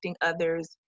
others